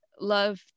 love